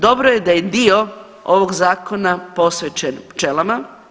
Dobro je da je dio ovog zakona posvećen pčelama.